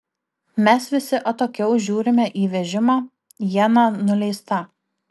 mes visi atokiau žiūrime į vežimą iena nuleista